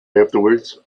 afterwards